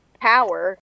power